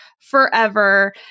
forever